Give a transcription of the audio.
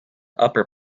upper